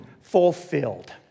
Fulfilled